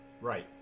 right